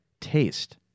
taste